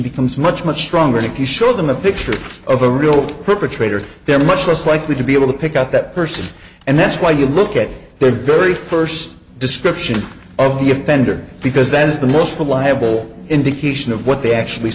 becomes much much stronger the key show them a picture of a real perpetrator they're much less likely to be able to pick up that person and that's why you look at their very first description of the offender because that is the most reliable indication of what they actually